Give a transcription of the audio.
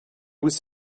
was